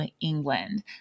England